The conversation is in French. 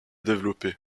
développée